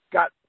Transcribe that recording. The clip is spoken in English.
got